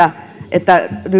että nykyiset